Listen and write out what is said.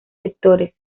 sectores